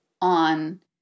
on